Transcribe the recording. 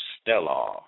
Stellar